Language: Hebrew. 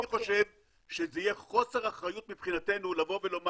אני חושב שזה יהיה חוסר אחריות מבחינתנו לומר: